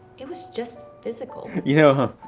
it was just physical. you know,